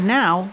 now